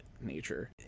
nature